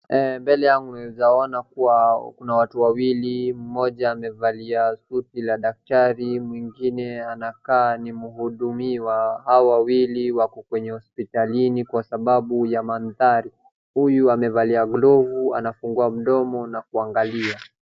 Mbele yangu naweza kuona kuwa kuna watu wawili, mmoja amevalia suti la daktari mwingine anakaa ni mhudumiwa. Hawa wawili wako kwenye hosiptalini kwa sababu ya mandhari, huyu amevalia glovu anafungua mdomo na kuangalia